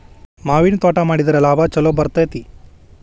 ಮಾವಿನ ತ್ವಾಟಾ ಮಾಡಿದ್ರ ಲಾಭಾ ಛಲೋ ಬರ್ತೈತಿ